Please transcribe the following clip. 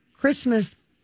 Christmas